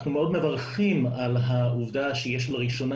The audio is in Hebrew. אנחנו מאוד מברכים על העובדה שיש לראשונה